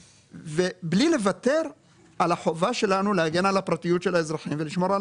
בלי לוותר על החובה שלנו להגן על הפרטיות של האזרחים ולשמור על